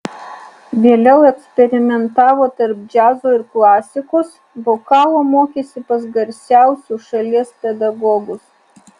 vėliau eksperimentavo tarp džiazo ir klasikos vokalo mokėsi pas garsiausiu šalies pedagogus